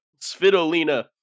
Svitolina